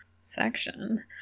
section